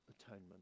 atonement